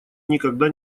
никогда